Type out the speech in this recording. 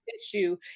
issue